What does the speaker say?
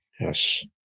Yes